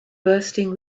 bursting